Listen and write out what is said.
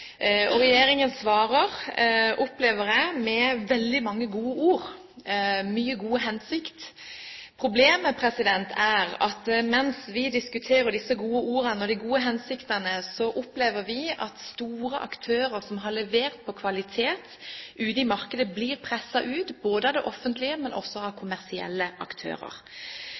svarer, opplever jeg, med veldig gode ord og mange gode hensikter. Problemet er at mens vi diskuterer disse gode ordene og de gode hensiktene, opplever vi at store aktører som har levert på kvalitet ute i markedet, blir presset ut, ikke bare av det offentlige, men også av kommersielle aktører.